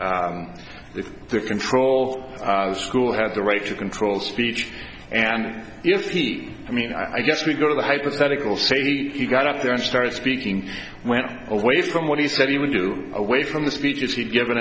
the control school had the right to control speech and if he i mean i guess we go to the hypothetical say he got up there and started speaking went away from what he said he would you away from the speeches he's given